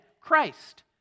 Christ